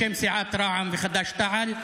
בשם סיעת רע"מ וחדש-תע"ל,